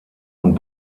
und